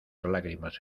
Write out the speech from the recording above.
lágrimas